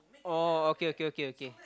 oh okay okay okay okay